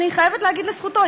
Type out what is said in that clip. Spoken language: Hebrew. אני חייבת להגיד לזכותו,